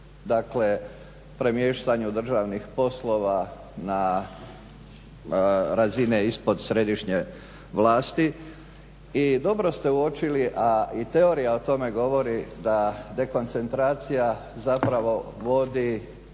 dakle premještanju državnih poslova na razine ispod središnje vlasti i dobro ste uočili, a i teorija o tome govori da dekoncentracija zapravo vodi